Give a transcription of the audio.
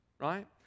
right